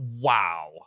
Wow